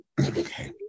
Okay